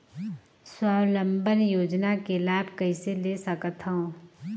स्वावलंबन योजना के लाभ कइसे ले सकथव?